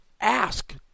Ask